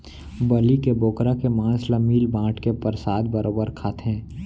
बलि के बोकरा के मांस ल मिल बांट के परसाद बरोबर खाथें